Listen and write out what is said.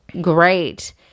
great